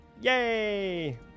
Yay